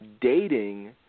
dating